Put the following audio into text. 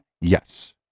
Yes